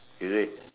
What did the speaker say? is it